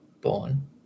born